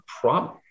problem